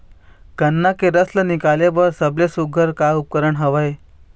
गन्ना के रस ला निकाले बर सबले सुघ्घर का उपकरण हवए?